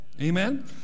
Amen